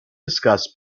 discuss